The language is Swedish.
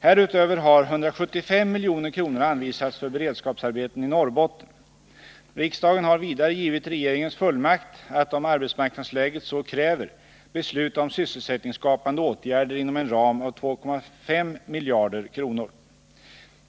Härutöver har 175 milj.kr. anvisats för beredskapsarbeten i Norrbotten. Riksdagen har vidare givit regeringen fullmakt att om arbetsmarknadsläget så kräver besluta om sysselsättningsskapande åtgärder inom en ram av 2,5 miljarder kronor.